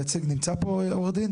אני מתנצל, על איזו אוכלוסייה מדבר?